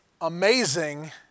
amazing